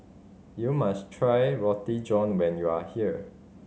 you must try Roti John when you are here